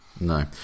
No